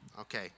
Okay